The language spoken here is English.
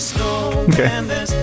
Okay